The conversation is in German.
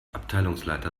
abteilungsleiter